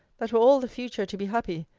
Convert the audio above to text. that were all the future to be happy,